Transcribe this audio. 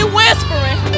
whispering